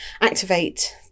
activate